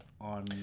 on